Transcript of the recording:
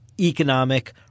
economic